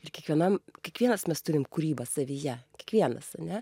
ir kiekvienam kiekvienas mes turim kūrybą savyje kiekvienas ane